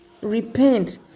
repent